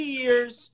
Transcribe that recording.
years